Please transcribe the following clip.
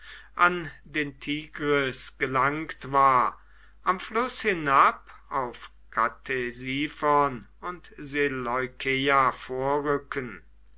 an den tigris gelangt war am fluß hinab auf ktesiphon und seleukeia vorrücken